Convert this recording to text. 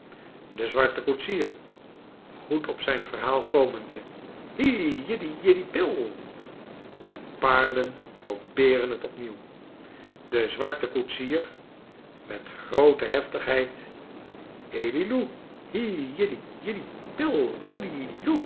de zwarte koetsier goed op zijn verhaal komende hi jiddy jiddy pill de paarden probeeren t opnieuw de zwarte koetsier metgrooteheftigheid